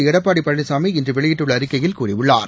எடப்பாடி பழனிசாமி இன்று வெளியிட்டுள்ள அறிக்கையில் கூறியுள்ளார்